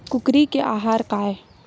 कुकरी के आहार काय?